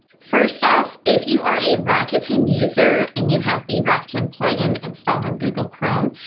first off, if you are a rakuten user and you have the rakuten plugin installed on google chrome,